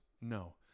No